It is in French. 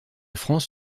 france